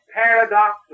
paradox